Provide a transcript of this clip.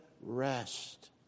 rest